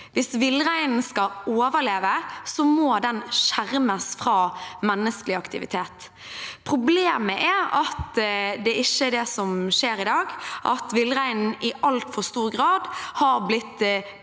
Hvis villreinen skal overleve, må den skjermes fra menneskelig aktivitet. Problemet er at det ikke er det som skjer i dag, og at villreinen i altfor stor grad har blitt